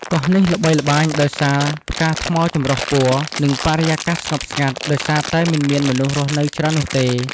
កោះនេះល្បីល្បាញដោយសារ ផ្កាថ្មចម្រុះពណ៌ និងបរិយាកាសស្ងប់ស្ងាត់ ដោយសារតែមិនមានមនុស្សរស់នៅច្រើននោះទេ។